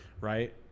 right